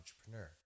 entrepreneur